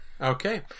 okay